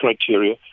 criteria